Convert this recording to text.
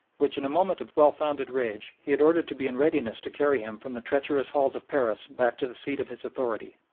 which, in a moment of well-founded rage, he had ordered to be in readiness to carry him from the treacherous halls of paris back to the seat of his authority,